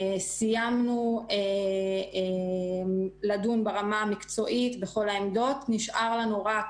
סיימנו לדון ברמה המקצועית בכל העמדות ונשאר לנו רק